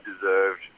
deserved